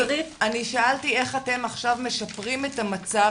איך אתם משפרים עכשיו את המצב,